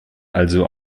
also